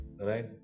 right